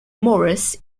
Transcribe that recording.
morris